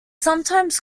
sometimes